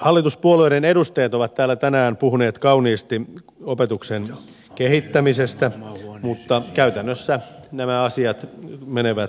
hallituspuolueiden edustajat ovat täällä tänään puhuneet kauniisti opetuksen kehittämisestä mutta käytännössä nämä asiat menevät nyt päinvastoin